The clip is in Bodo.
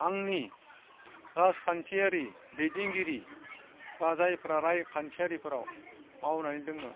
आंनि राजखान्थियारि दैदेनगिरि बा जायफ्रा रायखान्थियारिफ्राव मावनानै दोङो